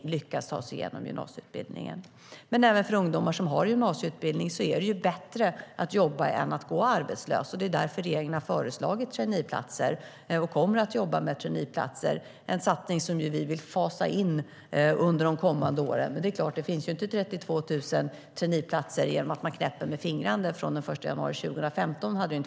Även för ungdomar som har gymnasieutbildning är det bättre att jobba än att gå arbetslös. Det är därför som regeringen har föreslagit traineeplatser, och vi kommer att fortsätta med den satsningen som vi vill fasa in under de kommande åren. Det är klart att det inte går att få fram 32 000 traineeplatser genom att man knäpper med fingrarna från den 1 januari 2015.